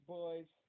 boys